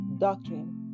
Doctrine